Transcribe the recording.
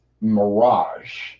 mirage